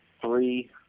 three